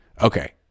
Okay